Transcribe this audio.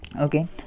okay